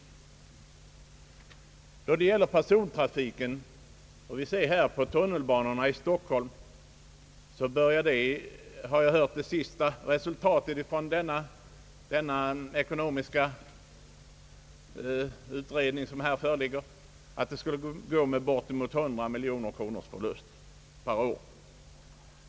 Vad gäller persontrafiken kan vi se på tunnelbanorna i Stockholm. Enligt vad jag hört visar det senaste resultatet av en ekonomisk utredning som företagits här att de skulle gå med en förlust på bortemot 100 miljoner kronor per år.